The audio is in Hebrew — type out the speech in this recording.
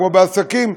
כמו בעסקים,